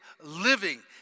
living